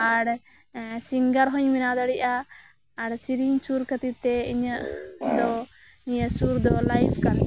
ᱟᱨ ᱥᱤᱝᱜᱟᱨ ᱦᱚᱸᱧ ᱵᱮᱱᱟᱣ ᱫᱟᱲᱮᱣ ᱟ ᱟᱨ ᱥᱮᱨᱮᱧ ᱥᱩᱨ ᱠᱷᱟᱛᱤᱨ ᱛᱮ ᱤᱧᱟᱹᱜ ᱫᱚ ᱱᱤᱭᱟᱹ ᱥᱩᱨ ᱫᱚ ᱞᱟᱭᱤᱯᱷ ᱠᱟᱱ ᱛᱤᱧᱟᱹ